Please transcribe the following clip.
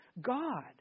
God